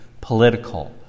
political